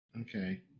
Okay